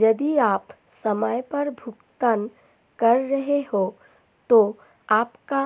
यदि आप समय पर भुगतान कर रहे हैं तो आपका